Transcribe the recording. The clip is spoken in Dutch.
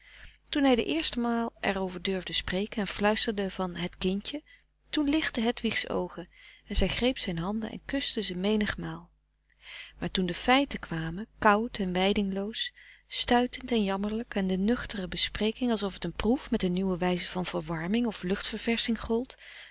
toen hij de eerste maal er over durfde spreken en fluisterde van het kindje toen lichtten hedwigs oogen en zij greep zijn handen en kuste ze menigmaal maar toen de feiten kwamen koud en wijdingloos stuitend en jammerlijk en de nuchtere bespreking alsof het een proef met een nieuwe wijze van verwarming of luchtverversching gold